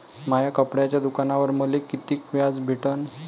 माया कपड्याच्या दुकानावर मले कितीक व्याज भेटन?